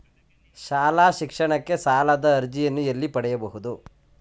ಶಾಲಾ ಶಿಕ್ಷಣಕ್ಕೆ ಸಾಲದ ಅರ್ಜಿಯನ್ನು ಎಲ್ಲಿ ಪಡೆಯಬಹುದು?